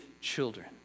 children